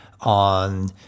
on